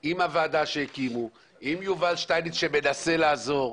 עם הוועדה שהקימו, עם יובל שטייניץ שמנסה לעזור.